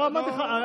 משפט אחרון.